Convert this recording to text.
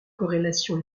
corrélation